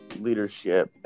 leadership